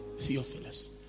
Theophilus